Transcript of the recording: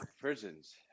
prisons